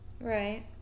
Right